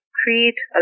create